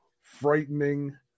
frightening